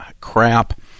crap